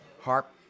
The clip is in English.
Harp